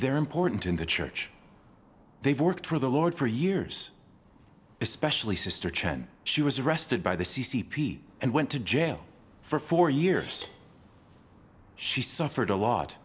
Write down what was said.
they're important in the church they've worked for the lord for years especially sister chan she was arrested by the c c p and went to jail for four years she suffered a lot